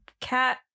cat